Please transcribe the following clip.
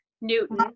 Newton